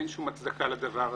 אין שום הצדקה לדבר הזה.